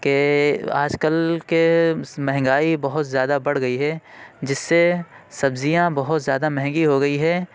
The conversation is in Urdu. کہ آج کل کے مہنگائی بہت زیادہ بڑھ گئی ہے جس سے سبزیاں بہت زیادہ مہنگی ہو گئی ہے